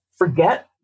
Forget